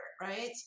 right